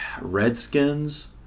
Redskins